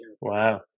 Wow